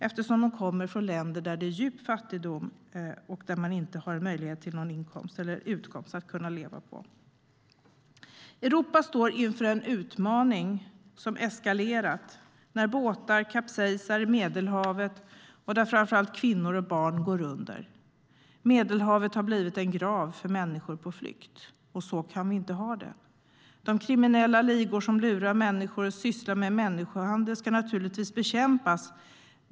De kommer nämligen från länder där det är djup fattigdom och där man inte har möjlighet till någon inkomst att leva på. Europa står inför en utmaning som har eskalerat. Båtar kapsejsar i Medelhavet, och framför allt kvinnor och barn går under. Medelhavet har blivit en grav för människor på flykt. Så kan vi inte ha det. De kriminella ligor som lurar människor och sysslar med människohandel ska naturligtvis bekämpas.